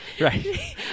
Right